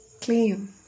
claim